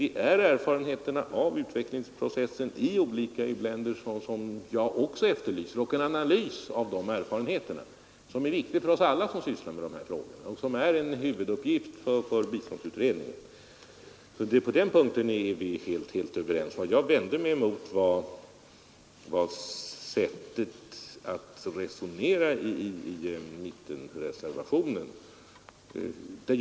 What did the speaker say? Det är erfarenheterna av utvecklingsprocessen i olika u-länder som jag också efterlyser. En analys av de erfarenheterna är viktig för oss alla som sysslar med de här frågorna och en huvuduppgift för biståndsutredningen. På den punkten är vi helt överens. Vad jag vände mig emot var sättet att resonera i mittenreservationen.